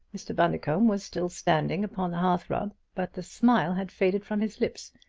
mr. bundercombe was still standing upon the hearthrug, but the smile had faded from his lips.